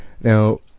Now